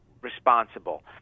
responsible